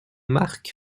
marc